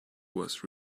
was